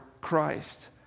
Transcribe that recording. Christ